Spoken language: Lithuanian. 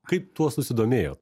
kaip tuo susidomėjo